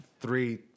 three